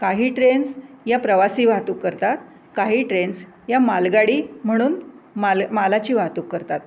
काही ट्रेन्स या प्रवासी वाहतूक करतात काही ट्रेन्स या मालगाडी म्हणून माल मालाची वाहतूक करतात